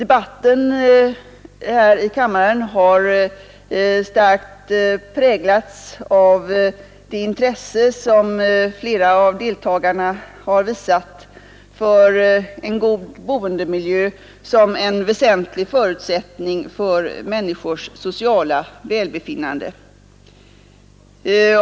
Debatten här i kammaren har starkt präglats av det intresse som flera av deltagarna har visat för en god boendemiljö som en väsentlig förutsättning för människors sociala välbefinnande.